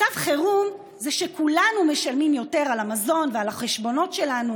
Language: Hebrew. מצב חירום זה שכולנו משלמים יותר על המזון ועל החשבונות שלנו